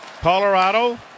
Colorado